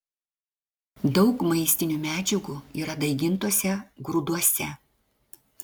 daug maistinių medžiagų yra daigintuose grūduose